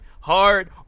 hard